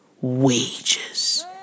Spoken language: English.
wages